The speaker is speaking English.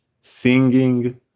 singing